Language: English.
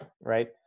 right